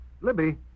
Libby